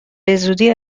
بزودی